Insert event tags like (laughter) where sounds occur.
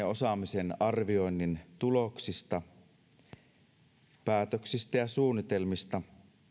(unintelligible) osaamisen arvioinnin tuloksista sekä päätöksistä ja suunnitelmista